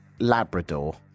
Labrador